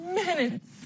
minutes